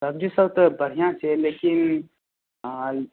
सब्जीसब तऽ बढ़िऑं छै लेकिन अहाँ ई